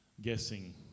guessing